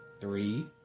Three